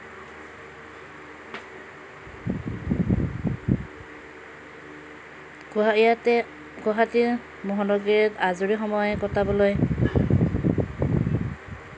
ইয়াতে গুৱাহাটী মহানগৰীত আজৰি সময় কটাবলৈ